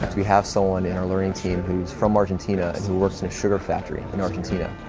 we have someone in our learning team who's from argentina and who works in a sugar factory in argentina.